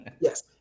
yes